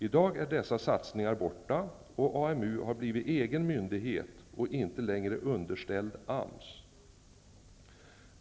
I dag är dessa satsningar borta, och AMU har blivit egen myndighet och är inte längre underställd AMS.